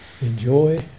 Enjoy